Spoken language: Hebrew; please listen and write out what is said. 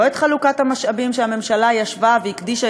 לא חלוקת המשאבים שהממשלה ישבה והקדישה